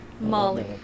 Molly